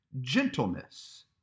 gentleness